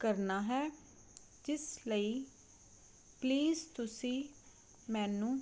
ਕਰਨਾ ਹੈ ਜਿਸ ਲਈ ਪਲੀਸ ਤੁਸੀਂ ਮੈਨੂੰ